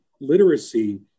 literacy